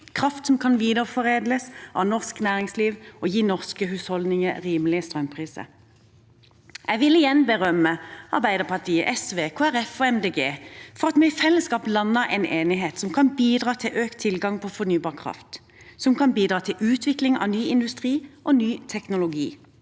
kraft som kan videreforedles av norsk næringsliv og gi norske husholdninger rimelige strømpriser. Jeg vil igjen berømme Arbeiderpartiet, SV, Kristelig Folkeparti og Miljøpartiet De Grønne for at vi i fellesskap lander en enighet som kan bidra til økt tilgang på fornybar kraft, og som kan bidra til utvikling av ny industri og ny teknologi.